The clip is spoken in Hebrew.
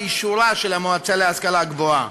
באישורה של המועצה להשכלה גבוהה.